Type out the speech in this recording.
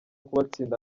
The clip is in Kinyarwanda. kubatsinda